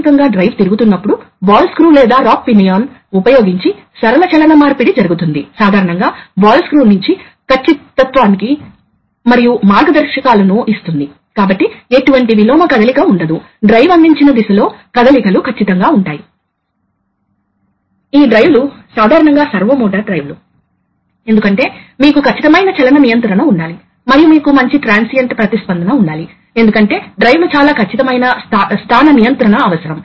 మీరు అదేవిధంగా సింక్రోనైజెషన్ కోసం మీరు ఒక యాక్యుయేటర్ ను ఉంచిన తర్వాత మూడు వాల్వ్స్ వాస్తవానికి ఒకదాని తరువాత ఒకటి కదులుతాయని మీరు కోరుకుంటారు కాబట్టి మీరు గ్రహించాల్సి వస్తే ఒకదాని తరువాత ఒకటి క్రమంగా పెరుగుతున్న టైమ్ డిలే ని సృష్టించాలి ఆ తర్వాత ఈ వాల్వ్ అమలు చేయబడాలితర్వాత షిఫ్ట్ అవుతుంది